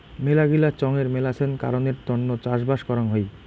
মেলাগিলা চঙের মেলাছেন কারণের তন্ন চাষবাস করাং হই